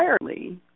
entirely